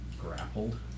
grappled